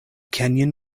kenyon